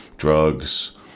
drugs